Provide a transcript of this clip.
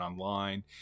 online